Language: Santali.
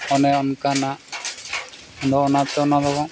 ᱚᱱᱮ ᱚᱱᱠᱟᱱᱟᱜ ᱫᱚ ᱚᱱᱟᱛᱮ ᱚᱱᱟ ᱫᱚᱵᱚ